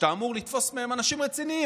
שאתה אמור לתפוס מהם אנשים רציניים?